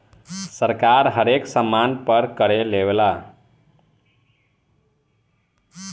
सरकार हरेक सामान पर कर लेवेला